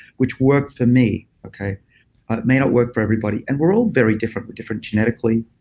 which worked for me. okay it may not work for everybody. and we're all very different. we're different genetically.